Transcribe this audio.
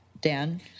Dan